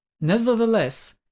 Nevertheless